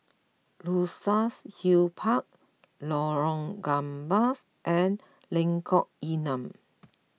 Luxus Hill Park Lorong Gambas and Lengkok Enam